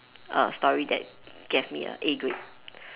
err story that gave me a A grade